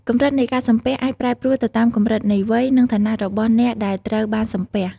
កម្រិតនៃការសំពះ អាចប្រែប្រួលទៅតាមកម្រិតនៃវ័យ និងឋានៈរបស់អ្នកដែលត្រូវបានសំពះ។